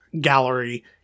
gallery